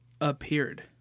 appeared